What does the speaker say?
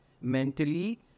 mentally